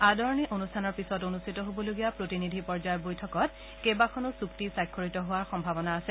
আদৰণি অনুষ্ঠানৰ পিছত অনুষ্ঠিত হ'বলগীয়া প্ৰতিনিধি পৰ্যায়ৰ বৈঠকত কেইবাখনো চুক্তি স্বাক্ষৰিত হোৱাৰ সম্ভাৱনা আছে